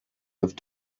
have